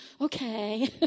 okay